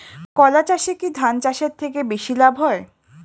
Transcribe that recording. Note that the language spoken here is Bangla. কলা চাষে কী ধান চাষের থেকে বেশী লাভ হয়?